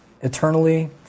eternally